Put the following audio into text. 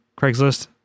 Craigslist